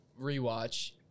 rewatch